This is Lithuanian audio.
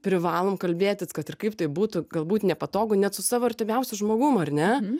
privalom kalbėtis kad ir kaip tai būtų galbūt nepatogu net su savo artimiausiu žmogum ar ne